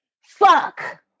fuck